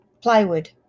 plywood